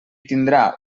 tindrà